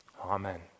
Amen